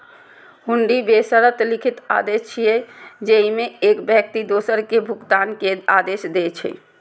हुंडी बेशर्त लिखित आदेश छियै, जेइमे एक व्यक्ति दोसर कें भुगतान के आदेश दै छै